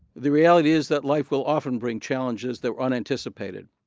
the reality is that life will often bring challenges that were unanticipated,